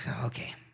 okay